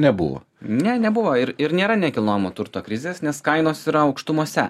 nebuvo ne nebuvo ir ir nėra nekilnojamo turto krizės nes kainos yra aukštumose